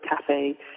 cafe